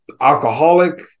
alcoholic